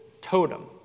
totem